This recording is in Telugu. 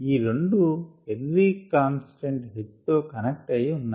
ఈ రెండు హేన్రి కాన్స్టెంట్ h తో కనెక్ట్ అయ్యి ఉన్నాయి